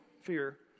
fear